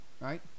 right